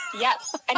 Yes